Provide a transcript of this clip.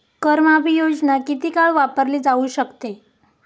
कर माफी योजना किती काळ वापरली जाऊ शकते?